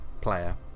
player